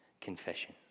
confession